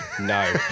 No